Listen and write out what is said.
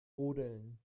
rodeln